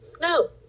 no